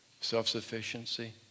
self-sufficiency